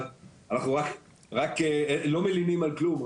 אבל אנחנו לא מלינים על כלום,